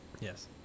Yes